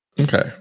Okay